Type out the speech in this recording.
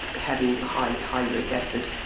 having high like high uric acid.